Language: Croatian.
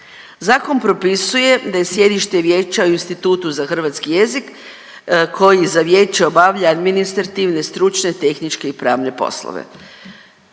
Zakon propisuje da je sjedište vijeća u Institutu za hrvatski jezik koji za vijeće obavlja administrativne, stručne, tehničke i pravne poslove.